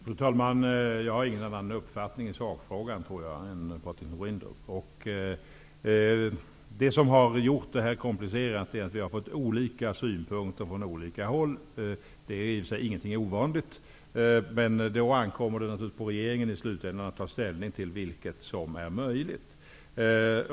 Fru talman! Jag har ingen annan uppfattning i sakfrågan än Patrik Norinder. Det som har gjort detta komplicerat är att vi har fått olika synpunkter från olika håll. Det är i och för sig inte ovanligt, men det ankommer naturligtvis på regeringen att slutligen ta ställning till vad som är möjligt.